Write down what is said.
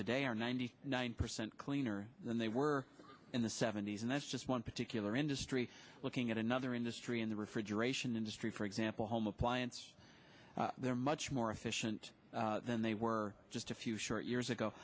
today are ninety nine percent cleaner than they were in the seventy's and that's just one particular industry looking at another industry in the refrigeration industry for example home appliance they're much more efficient than they were just a few short years ago